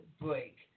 break